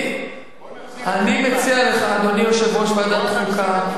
אני מציע לך, אדוני יושב-ראש ועדת חוקה: